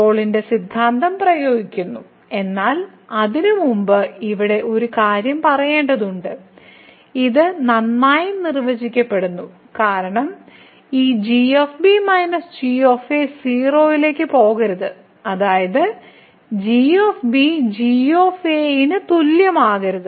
റോളിന്റെ സിദ്ധാന്തം പ്രയോഗിക്കുന്നു എന്നാൽ അതിനുമുമ്പ് ഇവിടെ ഒരു കാര്യം പറയേണ്ടതുണ്ട് ഇത് നന്നായി നിർവചിക്കപ്പെടുന്നു കാരണം ഈ g g 0 ലേക്ക് പോകരുത് അതായത് g g ന് തുല്യമാകരുത്